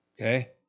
Okay